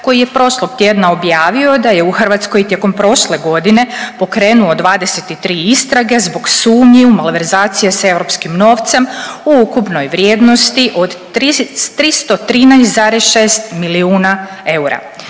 koji je prošlog tjedna objavio da je u Hrvatskoj tijekom prošle godine pokrenuo čak 23 istrage zbog sumnji u malverzacije s europskim novcem i to u ukupnoj vrijednosti od 314 milijuna eura.